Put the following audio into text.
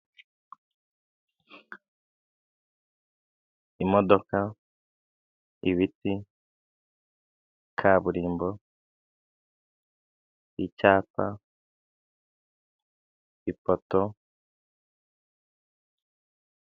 Imodoka, ibiti, kaburimbo, icyapa, ipoto.